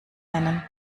nennen